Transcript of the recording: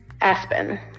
Aspen